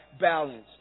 balance